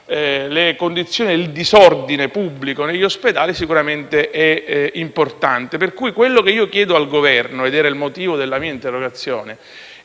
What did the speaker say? le condizioni di disordine pubblico negli ospedali, sicuramente è importante. Pertanto, quello che io chiedo al Governo - ed era il motivo della mia interrogazione